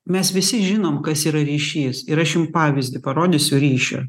mes visi žinom kas yra ryšys ir aš jum pavyzdį parodysiu ryšio